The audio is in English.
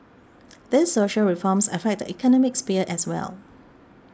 these social reforms affect the economic sphere as well